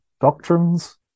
doctrines